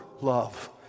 love